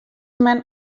men